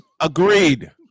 Agreed